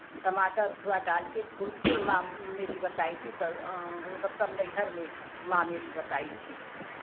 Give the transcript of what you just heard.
टमाटर अथवा डाल के खुलपुल माँ मेरी बताई थी मतलब सब नैहर में माँ मेरी बताई थी